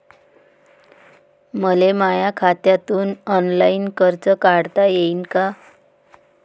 मले माया खात्यातून ऑनलाईन कर्ज काढता येईन का?